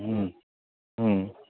হুম হুম